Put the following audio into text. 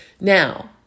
Now